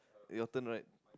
your turn right